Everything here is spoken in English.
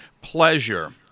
pleasure